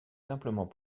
simplement